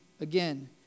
Again